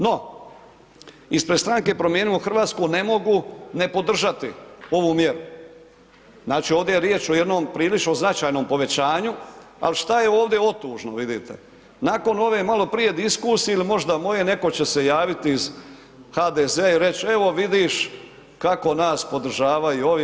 No, ispred stranke Promijenimo Hrvatsku ne mogu ne podržati ovu mjeru, znači ovdje je riječ o jednom prilično značajnom povećanju, ali šta je ovdje otužno vidite, nakon ove maloprije diskusije ili možda moje neko će se javiti iz HDZ-a i reć evo vidiš kako nas podržavaju ovi.